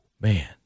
Man